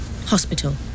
Hospital